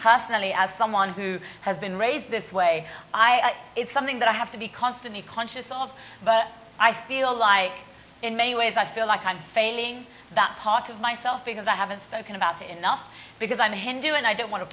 personally as someone who has been raised this way i it's something that i have to be constantly conscious of but i feel like in many ways i feel like i'm failing that part of myself because i haven't spoken about it enough because i'm a hindu and i don't want to